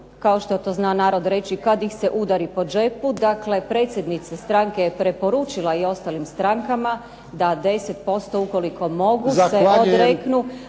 kao što to zna narod reći, kad ih se udari po džepu. Dakle, predsjednica stranke je preporučila i ostalim strankama da 10% ukoliko mogu se odreknu…